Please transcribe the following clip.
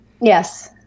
yes